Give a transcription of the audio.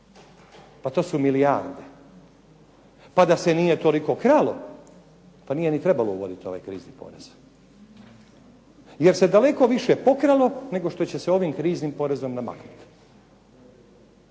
To su milijarde, pa da se nije toliko kralo nije ni trebalo uvoditi ovaj krizni porez. Jer se daleko više pokralo nego što će sve ovim kriznim porezom namaknuti.